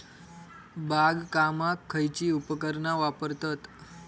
बागकामाक खयची उपकरणा वापरतत?